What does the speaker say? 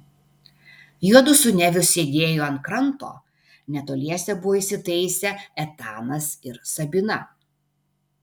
juodu su neviu sėdėjo ant kranto netoliese buvo įsitaisę etanas ir sabina